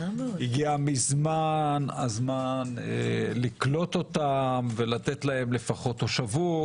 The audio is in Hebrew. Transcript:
הגיע מזמן הזמן לקלוט אותם ולתת להם לפחות תושבות,